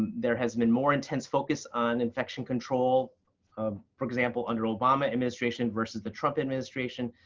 there has been more intense focus on infection control for example, under obama administration versus the trump administration.